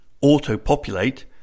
auto-populate